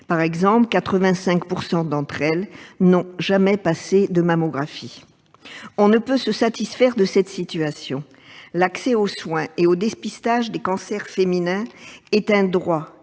Par exemple, 85 % d'entre elles n'ont jamais passé de mammographie. On ne peut se satisfaire de cette situation ! L'accès aux soins et aux dépistages des cancers féminins est un droit